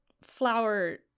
Flower